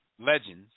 legends